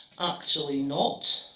actually, not.